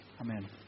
Amen